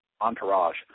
Entourage